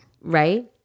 Right